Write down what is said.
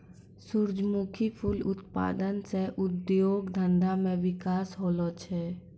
सुरजमुखी फूल उत्पादन से उद्योग धंधा मे बिकास होलो छै